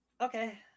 Okay